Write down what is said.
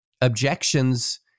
objections